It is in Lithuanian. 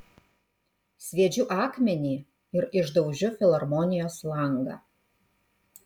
sviedžiu akmenį ir išdaužiu filharmonijos langą